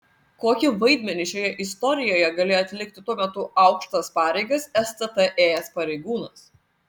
kokį vaidmenį šioje istorijoje galėjo atlikti tuo metu aukštas pareigas stt ėjęs pareigūnas